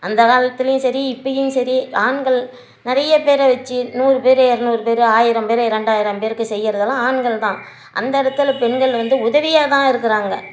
அந்தக் காலத்திலையும் சரி இப்பயும் சரி ஆண்கள் நிறைய பேரை வச்சு நூறு பேர் இரநூறு பேர் ஆயிரம் பேர் ரெண்டாயிரம் பேருக்கு செய்கிறதெல்லாம் ஆண்கள் தான் அந்த இடத்துல பெண்கள் வந்து உதவியாக தான் இருக்குறாங்க